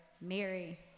Mary